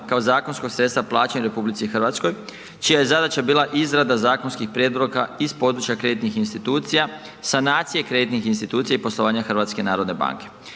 kao zakonskog sredstva plaćanja u RH čije je zadaća bila izrada zakonskih prijedloga iz područja kreditnih institucija, sanacije kreditnih institucija i poslovanja HNB-a. Članovi radne